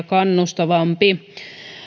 kannustavampi